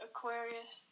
Aquarius